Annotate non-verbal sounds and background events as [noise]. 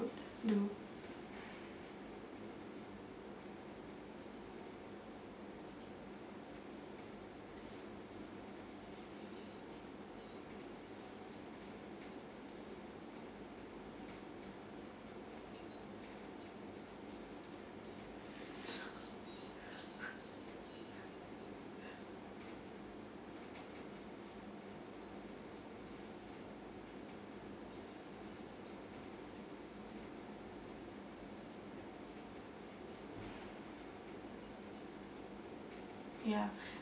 do ya [breath]